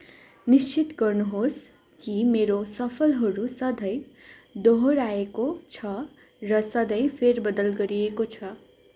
निश्चित गर्नुहोस् कि मेरो सफलहरू सधैँ दोहोऱ्याइएको छ र सधैँ फेरबदल गरिएको छ